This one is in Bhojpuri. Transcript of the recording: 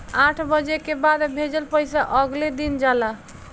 आठ बजे के बाद भेजल पइसा अगले दिन जाला